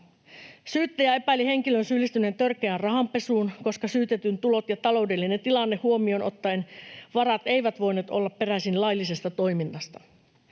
Syyttäjä epäili henkilön syyllistyneen törkeään rahanpesuun, koska syytetyn tulot ja taloudellinen tilanne huomioon ottaen varat eivät voineet olla peräisin laillisesta toiminnasta.